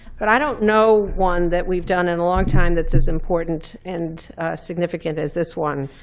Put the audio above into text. but i don't know one that we've done in a long time that is as important and significant as this one.